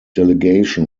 delegation